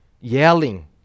yelling